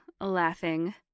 laughing